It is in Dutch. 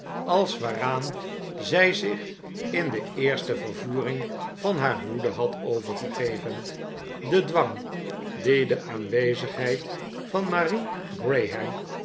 als waaraan zij zich in de eerste vervoering van haar woede had overgegeven de dwang die de aanwezigheid van marie graham